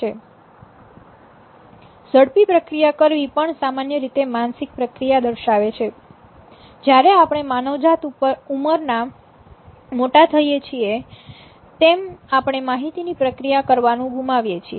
ઝડપી પ્રક્રિયા કરવી પણ સામાન્ય રીતે માનસિક પ્રક્રિયા દર્શાવે છે જ્યારે આપણે માનવજાત ઉંમર માં મોટા થઈએ છીએ તેમ આપણે માહિતીની પ્રક્રિયા કરવાનું ગુમાવીએ છીએ